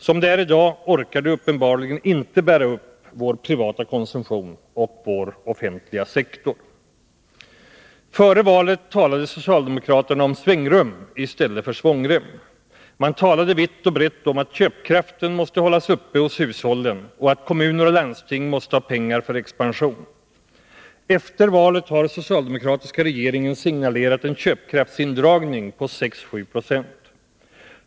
Som det är i dag orkar de uppenbarligen inte bära upp vår privata konsumtion och vår offentliga sektor. Före valet talade socialdemokraterna om svängrum i stället för svångrem. Man talade vitt och brett om att köpkraften måste hållas uppe hos hushållen och att kommuner och landsting måste ha pengar för expansion. Efter valet har den socialdemokratiska regeringen signalerat en köpkraftsindragning på 6-7 70.